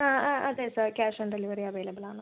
ആ ആ അതെ സാർ ക്യാഷ് ഓൺ ഡെലിവറി അവൈലബിളാണ്